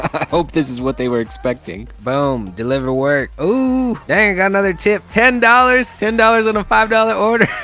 i hope this is what they were expecting. boom, deliver work. oh dang, got another tip. ten dollars! ten dollars on a five dollar order!